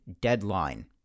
deadline